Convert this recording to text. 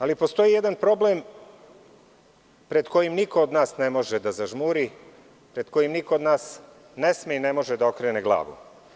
Ali, postoji jedan problem pred kojim niko od nas ne može da zažmuri, pred kojim niko od nas ne može i ne sme da okrene glavu.